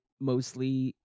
mostly